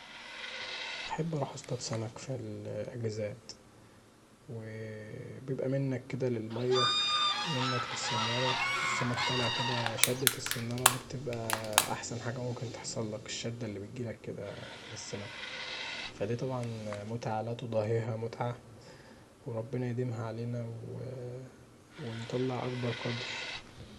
أحب اروح اصطاد سمك في الأجازات وبيبقي منك للميه، منك للصناره، السمك طالع شدة الصناره دي بتبقي احسن حاجه ممكن تحصلك، الشده اللي بتجيلك كدا من السمكه فدي طبعا متعه لا تضاهيها متعه وردنا يديمها علينا ونطلع أكبر قدر.